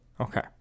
Okay